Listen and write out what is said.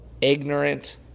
ignorant